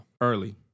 Early